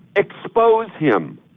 expose him.